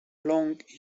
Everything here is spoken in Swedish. lång